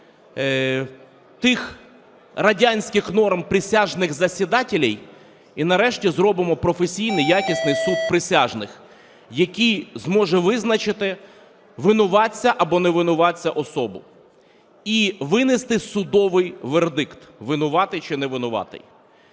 тих радянських норм присяжных заседателей і нарешті зробимо професійний якісний суд присяжних, який зможе визначити винуватця або невинуватця особу і винести судовий вердикт – винуватий чи невинуватий.